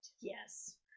Yes